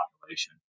population